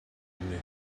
only